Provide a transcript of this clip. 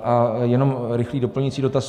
A jenom rychlý doplňující dotaz.